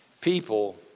people